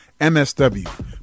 MSW